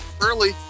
early